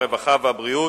הרווחה והבריאות,